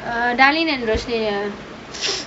darlene and roshni ya